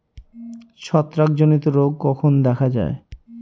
ছত্রাক জনিত রোগ কখন দেখা য়ায়?